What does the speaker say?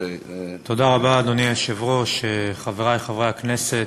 אדוני היושב-ראש, חברי חברי הכנסת,